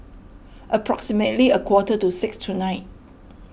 approximately a quarter to six tonight